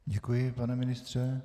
Děkuji, pane ministře.